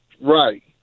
Right